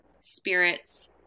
spirits